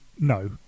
No